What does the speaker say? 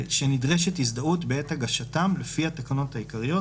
- שנדרשת הזדהות בעת הגשתם לפי התקנות העיקריות,